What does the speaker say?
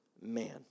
man